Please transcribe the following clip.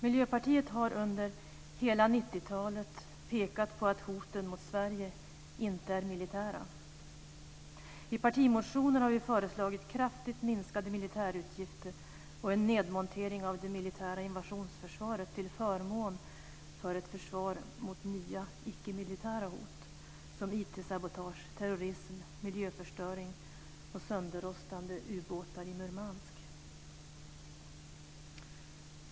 Miljöpartiet har under hela 90-talet pekat på att hoten mot Sverige inte är militära. I partimotionen har vi föreslagit kraftigt minskade militärutgifter och en nedmontering av det militära invasionsförsvaret till förmån för ett försvar mot nya icke-militära hot som IT-sabotage, terrorism, miljöförstöring och sönderrostande ubåtar i Murmansk.